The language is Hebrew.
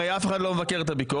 הרי אף אחד לא מבטל את הביקורת.